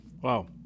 Wow